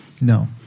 No